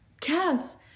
Cass